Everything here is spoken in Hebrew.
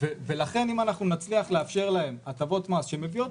ולכן אם אנחנו נצליח לאפשר להם הטבות מס שמהיאות